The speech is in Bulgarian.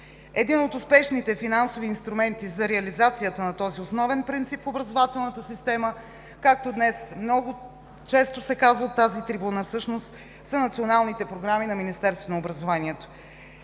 Един от успешните финансови инструменти за реализацията на този основен принцип в образователната система, както днес много често се каза от тази трибуна, всъщност са националните програми на Министерството на образованието